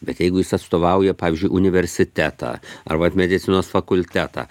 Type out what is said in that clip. bet jeigu jis atstovauja pavyzdžiui universitetą ar vat medicinos fakultetą